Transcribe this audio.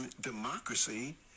democracy